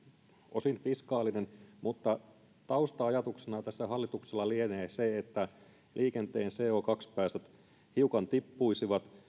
osin fiskaalinen tausta ajatuksena hallituksella lienee se että liikenteen co päästöt hiukan tippuisivat